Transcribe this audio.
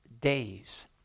days